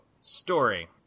Story